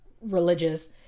religious